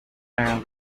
hagan